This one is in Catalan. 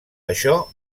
això